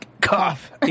cough